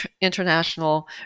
international